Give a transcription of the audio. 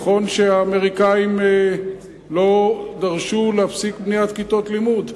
נכון שהאמריקנים לא דרשו להפסיק בניית כיתות לימוד?